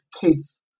kids